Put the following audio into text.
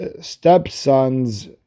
stepson's